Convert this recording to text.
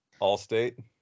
Allstate